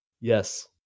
yes